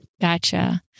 Gotcha